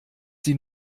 sie